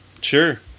Sure